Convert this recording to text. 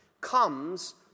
comes